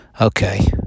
Okay